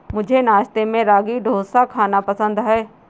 मुझे नाश्ते में रागी डोसा खाना पसंद है